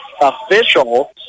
official